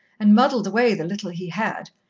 and muddled away the little he had,